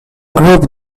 group